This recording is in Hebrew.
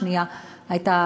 השנייה הייתה